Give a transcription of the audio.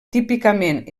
típicament